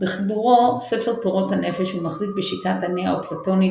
בחיבורו "ספר תורות הנפש" הוא מחזיק בשיטה הנאופלטונית